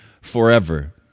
forever